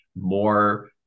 more